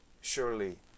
surely